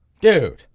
Dude